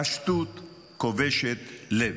פשטות כובשת לב.